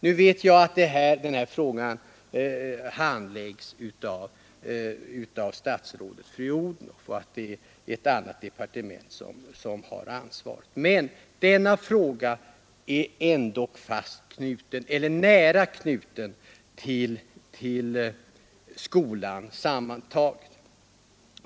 Nu vet jag att den här frågan handlagts av fru statsrådet Odhnoff och att det alltså är ett annat departement än utbildningsdepartementet som har ansvaret. Men denna fråga är ändock nära knuten till skolan sammantagen.